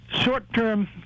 short-term